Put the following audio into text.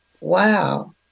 wow